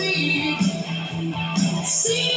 See